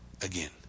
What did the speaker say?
again